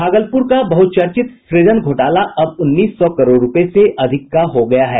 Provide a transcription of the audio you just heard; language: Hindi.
भागलपुर का बहुचर्चित सृजन घोटाला अब उन्नीस सौ करोड़ रूपये से अधिक का हो गया है